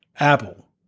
Apple